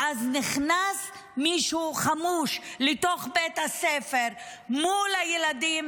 ואז נכנס מישהו חמוש לתוך בית הספר מול כל הילדים,